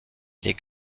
les